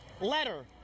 letter